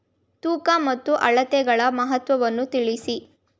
ತೂಕ ಮತ್ತು ಅಳತೆಗಳ ಮಹತ್ವವನ್ನು ತಿಳಿಸಿ?